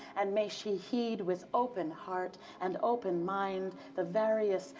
and may she heed with open heart and open mind. the various,